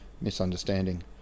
misunderstanding